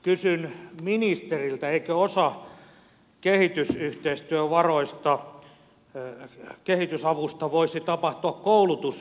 kysyn ministeriltä eikö osa kehitysavusta voisi tapahtua koulutusvientinä